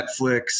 netflix